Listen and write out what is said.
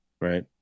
Right